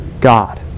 God